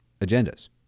agendas